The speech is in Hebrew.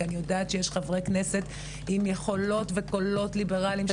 כי אני יודעת שיש חברי כנסת עם יכולות וקולות ליברליים,